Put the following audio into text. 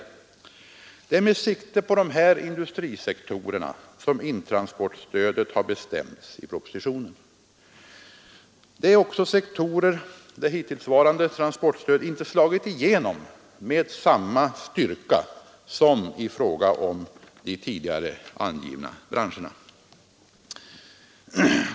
Det är med sikte på dessa industrisektorer som intransportstödet har bestämts i propositionen. Det är också sektorer där hittillsvarande transportstöd inte slagit igenom med samma styrka som i fråga om de tidigare angivna branscherna.